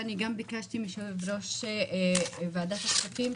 ואני גם ביקשתי מיושב ראש ועדת הכספים,